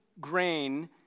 grain